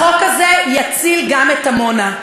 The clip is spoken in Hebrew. החוק הזה יציל גם את עמונה,